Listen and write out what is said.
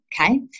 Okay